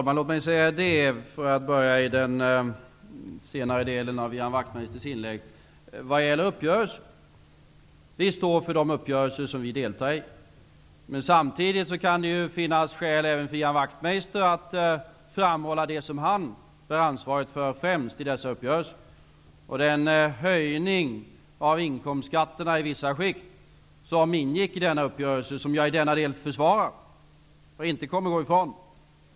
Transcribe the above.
Fru talman! För att börja i den senare delen av Ian Wachtmeisters inlägg, vill jag vad gäller uppgörelsen säga följande: Vi står för de uppgörelser som vi deltar i. Men samtidigt kan det även finnas skäl för Ian Wachtmeister att framhålla det som främst han bär ansvaret för i dessa uppgörelser. Det är den höjning av inkomstskatterna i vissa skikt som ingick i denna uppgörelse -- och som jag i denna del försvarar och inte kommer att gå ifrån.